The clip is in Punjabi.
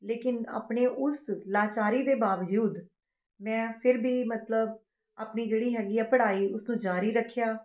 ਲੇਕਿਨ ਆਪਣੇ ਉਸ ਲਾਚਾਰੀ ਦੇ ਬਾਵਜੂਦ ਮੈਂ ਫਿਰ ਵੀ ਮਤਲਬ ਆਪਣੀ ਜਿਹੜੀ ਹੈਗੀ ਆ ਪੜ੍ਹਾਈ ਉਸ ਨੂੰ ਜਾਰੀ ਰੱਖਿਆ